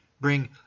bring